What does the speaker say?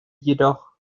jedoch